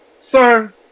sir